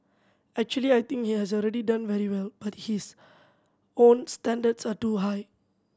actually I think he has already done very well but his own standards are too high